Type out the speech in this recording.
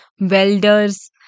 welders